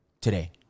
today